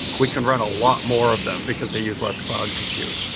we can run a lot more of them because they use less cloud compute.